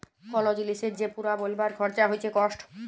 call জিলিসের যে পুরা বলবার খরচা হচ্যে কস্ট